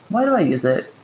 why do i use it?